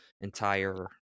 entire